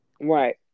right